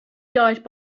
died